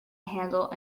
handle